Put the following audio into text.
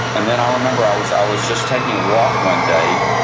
and then i remember, i was i was just taking a walk one day,